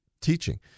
teaching